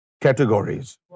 categories